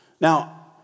Now